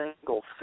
single